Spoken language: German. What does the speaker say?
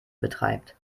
betreibt